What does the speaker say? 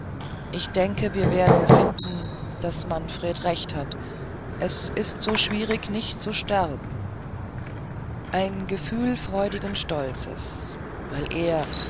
ich denke wir werden finden daß manfred recht hat es ist so schwierig nicht zu sterben ein gefühl freudigen stolzes weil er